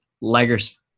Liger's